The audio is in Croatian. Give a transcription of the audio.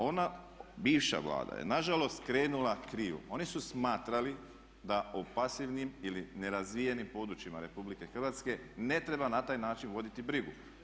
Ona bivša Vlada je nažalost krenula krivo, oni su smatrali da o pasivnim ili nerazvijenim područjima RH ne treba na taj način voditi brigu.